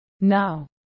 Now